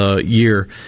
year